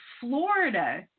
Florida